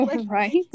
Right